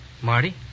Marty